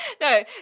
no